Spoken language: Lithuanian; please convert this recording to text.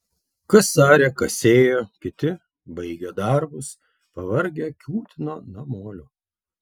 kas arė kas sėjo kiti baigę darbus pavargę kiūtino namolio